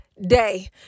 day